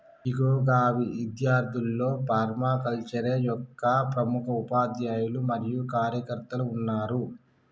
ఇగో గా ఇద్యార్థుల్లో ఫర్మాకల్చరే యొక్క ప్రముఖ ఉపాధ్యాయులు మరియు కార్యకర్తలు ఉన్నారు